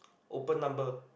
open number